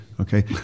Okay